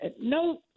No